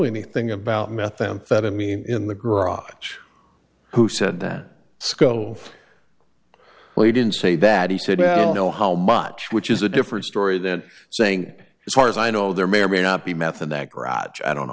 anything about methamphetamine in the garage who said that sco well you didn't say that he said i don't know how much which is a different story than saying as far as i know there may or may not be a method that raj i don't know